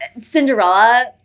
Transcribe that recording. Cinderella